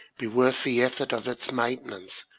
be worth the effort of its maintenance,